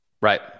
right